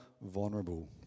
vulnerable